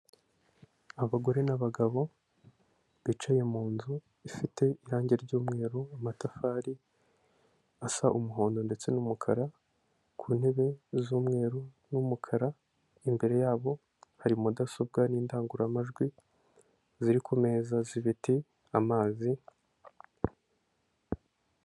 Abagore n'abagabo bicaye mu nzu ifite irange ry'umweru, amatafari asa umuhondo ndetse n'umukara ku ntebe z'umweru n'umukara, imbere yabo hari mudasobwa n'indangururamajwi ziri ku meza z'ibiti, amazi.